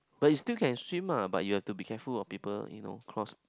but you still can swim lah but you have to be careful of people you know cross